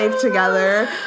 together